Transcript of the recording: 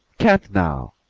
can't now,